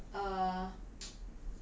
then err